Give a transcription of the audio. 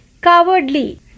cowardly